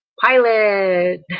pilot